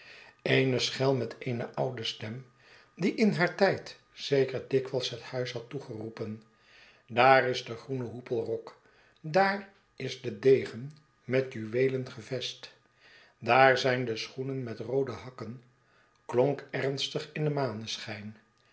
eene schel met eene oude stem die in haar tijd zeker dikwijls het huis had toegeroepen daar is de groene hoepelrok daar is de degen met juweelen gevest daar zijn de schoenen met roode hakken klonk ernstig in den